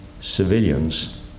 civilians